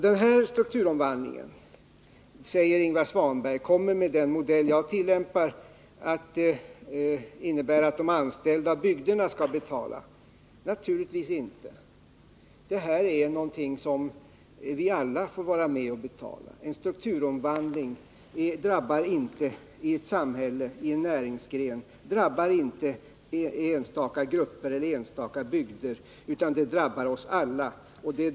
Denna strukturomvandling, säger Ingvar Svanberg, kommer med den modell som jag tillämpar att innebära att de anställda och bygderna får betala. Naturligtvis inte. Detta är någonting som vi alla får vara med och betala. En strukturomvandling av en näringsgren i ett samhälle drabbar inte enstaka grupper eller bygder utan drabbar oss alla.